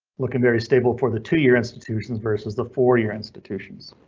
looking very stable for the two year institutions versus the four year institutions.